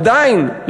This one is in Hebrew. עדיין,